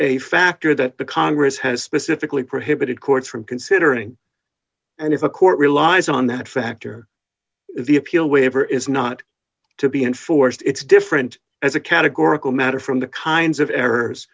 a factor that the congress has specifically prohibited courts from considering and if a court relies on that factor the appeal waiver is not to be enforced it's different as a categorical matter from the kinds of errors